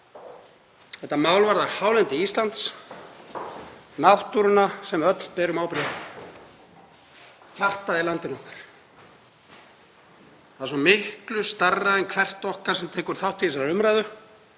Þetta mál varðar hálendi Íslands, náttúruna sem við öll berum ábyrgð á, hjartað í landinu okkar. Það er svo miklu stærra en hvert okkar sem tekur þátt í þessari umræðu,